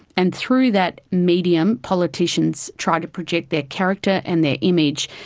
and through that medium politicians try to project their character and their image.